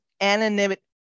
anonymity